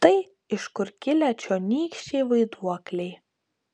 štai iš kur kilę čionykščiai vaiduokliai